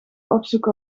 opzoeken